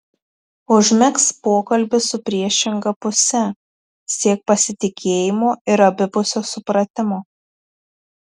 užmegzk pokalbį su priešinga puse siek pasitikėjimo ir abipusio supratimo